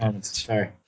Sorry